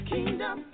Kingdom